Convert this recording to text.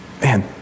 man